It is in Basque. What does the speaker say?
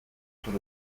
truk